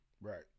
right